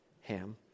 Ham